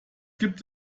gibt